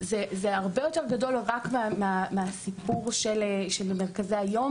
זה הרבה יותר גדול רק מהסיפור של מרכזי היום,